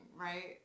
right